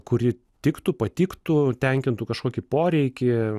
kuri tiktų patiktų tenkintų kažkokį poreikį